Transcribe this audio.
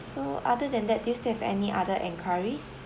so other than that do you still have any other enquiries